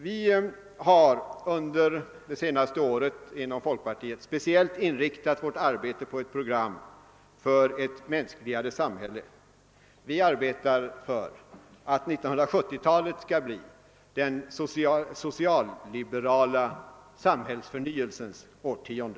Vi har under det senaste året inom folkpartiet speciellt inriktat vårt arbete på ett program för ett mänskligare samhälle. Vi arbetar för att 1970-talet skall bli den socialliberala samhällssynens årtionde.